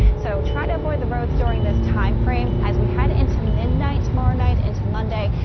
so try to avoid the roads during this timeframe. as we head into midnight tomorrow night into monday,